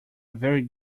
very